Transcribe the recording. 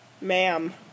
ma'am